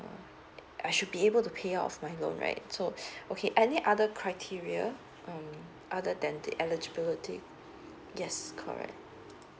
I should be able to pay off my loan right so okay any other criteria um other than the eligibility yes correct